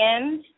end